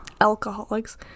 Alcoholics